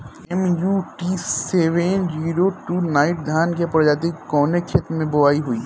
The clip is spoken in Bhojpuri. MUT seven zero two nine धान के प्रजाति कवने खेत मै बोआई होई?